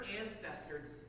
ancestors